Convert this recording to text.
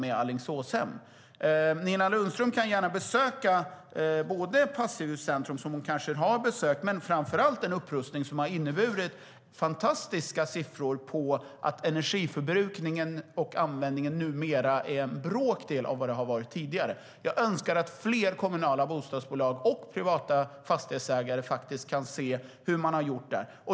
Nina Lundström kan gärna besöka Passivhuscentrum - hon kanske redan har gjort det - och framför allt Alingsåshem för att se på den upprustning som inneburit att man kan uppvisa fantastiska siffror vad gäller energiförbrukningen. Numera är användningen en bråkdel av vad den varit tidigare. Jag önskar att fler kommunala bostadsbolag och privata fastighetsägare kunde titta på hur man gjort där.